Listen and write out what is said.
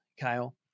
Kyle